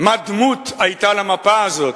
מה דמות היתה למפה הזאת.